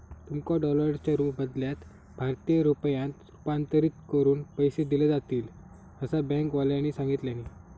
तुमका डॉलरच्या बदल्यात भारतीय रुपयांत रूपांतरीत करून पैसे दिले जातील, असा बँकेवाल्यानी सांगितल्यानी